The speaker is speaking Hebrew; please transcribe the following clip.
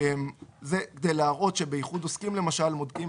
זה כדי להראות שבאיחוד עוסקים למשל בודקים